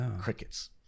crickets